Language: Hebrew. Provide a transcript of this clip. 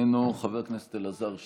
איננו, חבר הכנסת אלעזר שטרן,